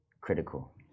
critical